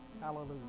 Hallelujah